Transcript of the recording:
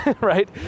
right